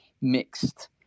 mixed